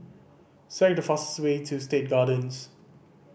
select the fastest way to State Gardens